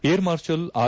air marshal R